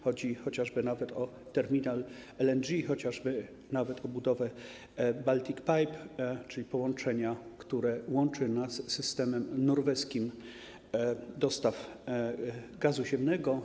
Chodzi chociażby nawet o terminal LNG, chociażby nawet o budowę Baltic Pipe, czyli połączenia, które łączy nas z systemem norweskim dostaw gazu ziemnego.